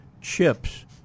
chips